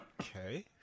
Okay